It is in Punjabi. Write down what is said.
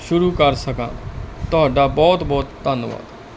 ਸ਼ੁਰੂ ਕਰ ਸਕਾਂ ਤੁਹਾਡਾ ਬਹੁਤ ਬਹੁਤ ਧੰਨਵਾਦ